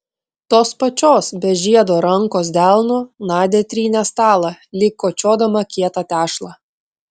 tos pačios be žiedo rankos delnu nadia trynė stalą lyg kočiodama kietą tešlą